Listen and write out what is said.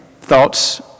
thoughts